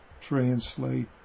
translate